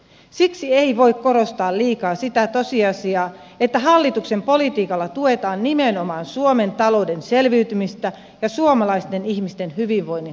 siksi ei voi korostaa liikaa sitä tosiasiaa että hallituksen politiikalla tuetaan nimenomaan suomen talouden selviytymistä ja suomalaisten ihmisten hyvinvoinnin turvaamista